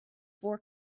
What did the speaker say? four